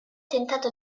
tentato